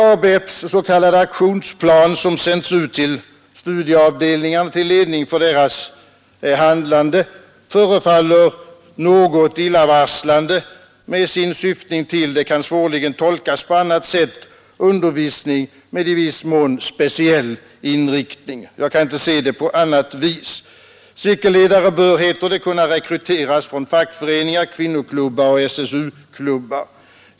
ABF:s s.k. aktionsplan, som sänts ut till studieavdelningar till ledning för deras handlande, förefaller något illavarslande med sin syftning till — det kan svårligen tolkas på annat sätt — undervisning med i viss mån speciell inriktning. Jag kan inte se det på annat vis. Cirkelledare bör, heter det, kunna rekryteras från fackföreningar, kvinnoklubbar och SSU-klubbar.